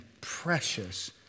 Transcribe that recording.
precious